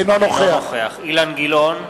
אינו נוכח אילן גילאון,